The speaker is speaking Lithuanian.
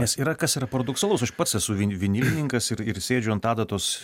nes yra kas yra paradoksalaus aš pats esu vini vinilininkas ir ir sėdžiu ant adatos